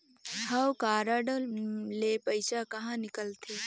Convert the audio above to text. हव कारड ले पइसा कहा निकलथे?